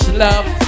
love